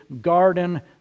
garden